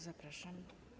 Zapraszam.